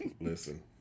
Listen